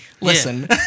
Listen